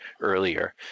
earlier